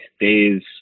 days